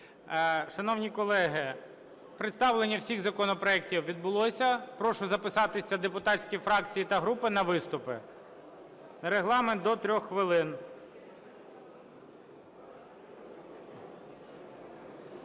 Шановні колеги, представлення всіх законопроектів відбулося. Прошу записатися депутатські фракції та групи на виступи. Регламент – до 3 хвилин.